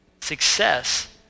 Success